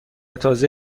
تازه